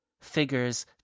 figures